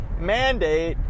mandate